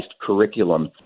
curriculum